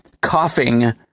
coughing